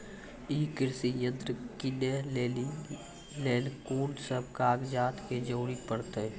ई कृषि यंत्र किनै लेली लेल कून सब कागजात के जरूरी परतै?